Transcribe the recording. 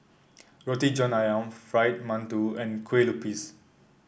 Roti John ayam Fried Mantou and Kueh Lupis